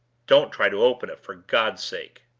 don't try to open it, for god's sake!